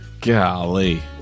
Golly